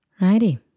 righty